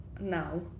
now